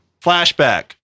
flashback